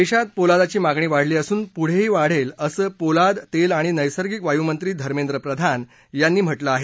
देशात पोलादाची मागणी वाढली असून पुढंही वाढेल असं पोलाद तेल आणि नस्त्रिंक वायूमंत्री धर्मेंद्र प्रधान यांनी म्हटलं आहे